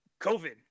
COVID